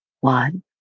one